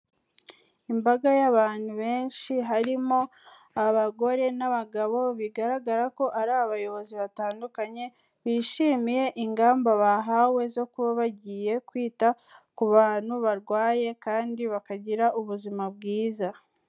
Imbaga y'abantu benshi, harimo abagore n'abagabo bigaragara ko ari abayobozi batandukanye bishimiye ingamba bahawe zo kuba bagiye kwita ku bantu barwaye kandi bakagira ubuzima bwiza.